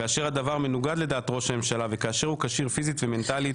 כאשר הדבר מנוגד לדעת ראש הממשלה וכאשר הוא כשיר פיזית ומנטלית,